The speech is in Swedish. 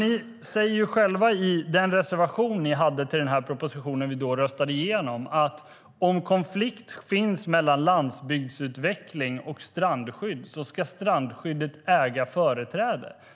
I er reservation till den proposition som röstades igenom framgick det att om det finns en konflikt mellan landsbygdsutveckling och strandskydd ska strandskyddet äga företräde.